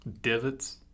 divots